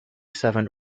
seven